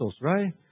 right